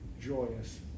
joyous